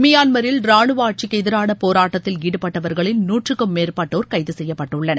மியான்மரில் ரானுவ ஆட்சிக்கு எதிரான போராட்டத்தில் ஈடுபட்டவர்களில் நூற்றுக்கும் மேற்பட்டோர் கைது செய்யப்பட்டுள்ளனர்